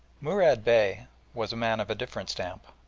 murad bey was a man of different stamp.